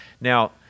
Now